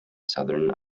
southern